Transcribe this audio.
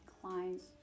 clients